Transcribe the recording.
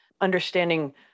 understanding